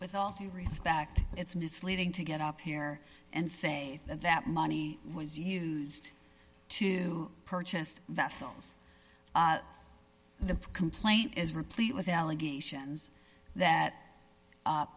with all due respect it's misleading to get up here and say that money was used to purchase vessels the complaint is replete with allegations that